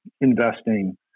investing